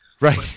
Right